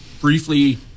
briefly